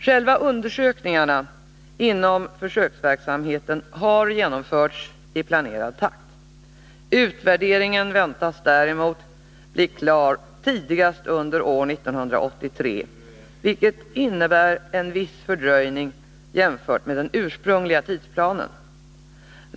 Själva undersökningarna inom försöksverksamheten har genomförts i planerad takt. Utvärderingen väntas däremot bli klar tidigast under år 1983, vilket innebär en viss fördröjning jämfört med den ursprungliga tidsplanen.